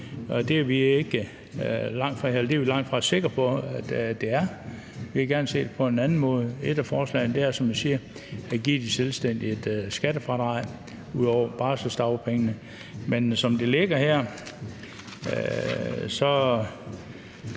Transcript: det er vi langtfra sikre på at det er. Vi vil gerne se på det på en anden måde. Et af forslagene er, som jeg siger, at give de selvstændige et skattefradrag ud over barselsdagpenge. Men som det ligger her, hælder